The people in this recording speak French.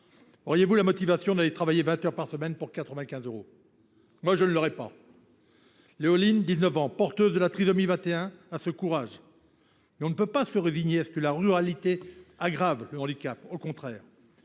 auriez vous la motivation d’aller travailler vingt heures par semaine pour 95 euros par mois ? Moi, je ne l’aurais pas. Loéline, 19 ans, porteuse de trisomie 21, a ce courage. Mais on ne peut pas se résigner à ce que la ruralité aggrave le handicap. Au contraire.